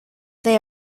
they